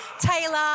Taylor